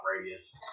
radius